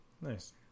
Nice